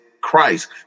Christ